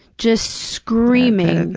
just screaming.